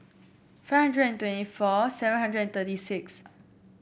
five hundred and twenty four seven hundred and thirty six